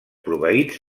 proveïts